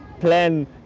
plan